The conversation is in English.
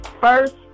first